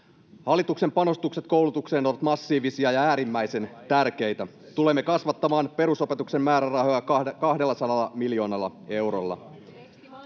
Hallituksen panostukset koulutukseen ovat massiivisia ja äärimmäisen tärkeitä. Tulemme kasvattamaan perusopetuksen määrärahoja 200 miljoonalla eurolla.